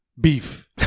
beef